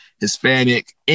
Hispanic